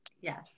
Yes